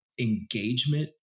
engagement